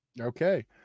Okay